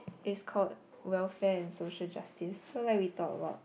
it's called welfare and social justice so like we talk about